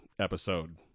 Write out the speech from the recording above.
episode